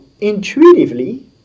Intuitively